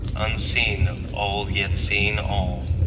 unseen of all yet seeing all.